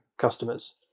customers